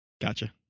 Gotcha